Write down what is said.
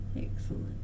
Excellent